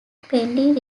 pending